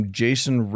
jason